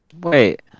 Wait